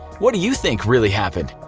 what do you think really happened?